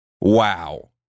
wow